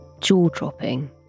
jaw-dropping